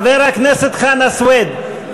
חבר הכנסת חנא סוייד,